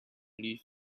live